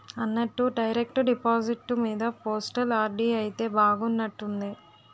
అన్నట్టు direct deposit మీద postal RD అయితే బాగున్నట్టుంది